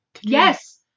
Yes